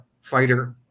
fighter